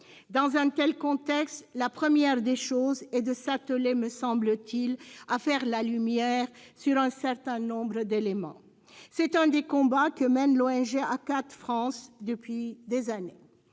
Dans un tel contexte, la première des choses est de s'atteler, me semble-t-il, à faire la lumière sur un certain nombre d'éléments. C'est un des combats que mène l'ONG ACAT France depuis des années.